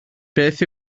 beth